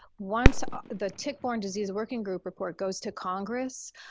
once the tick-borne disease working group report goes to congress,